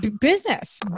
business